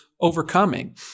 overcoming